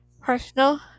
personal